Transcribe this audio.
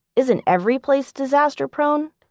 isn't every place disaster-prone?